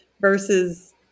versus